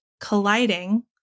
colliding